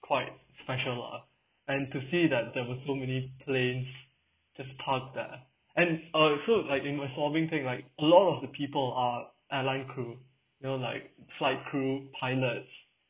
quite special lah and to see that there were so many planes just parked there and uh so like in my swabbing thing right a lot of the people are airline crew you know like flight crew pilots